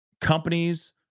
companies